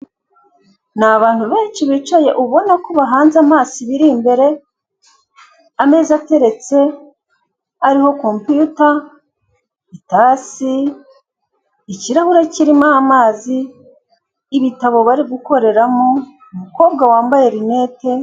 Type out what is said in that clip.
Ni abantu benshi bicaye, ubona ko bahanze amaso ibi imbere, ameza ateretse, ariho kompiyuta, itasi, ikirahure kirimo amazi, ibitabo bari gukoreramo, umukobwa wambaye rinete.